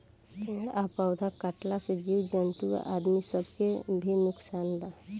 पेड़ आ पौधा कटला से जीव जंतु आ आदमी सब के भी नुकसान बा